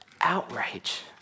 Outrage